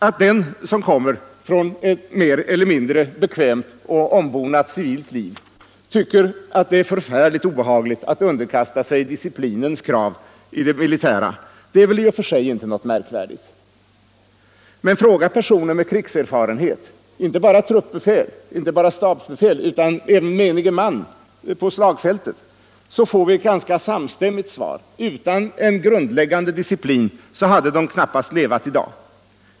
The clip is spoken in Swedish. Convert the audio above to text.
Att den som kommer från ett mer eller mindre bekvämt och ombonat civilt liv tycker att det är obehagligt att underkasta sig disciplinens krav i det militära är väl i och för sig inte något märkvärdigt. Men frågar vi personer med krigserfarenhet, inte bara truppbefäl, inte bara stabsbefäl, utan även menige man på slagfältet, så får vi ett ganska samstämmigt svar: Utan en grundläggande disciplin hade de knappast levat i dag.